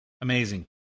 Amazing